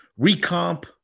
recomp